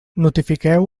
notifiqueu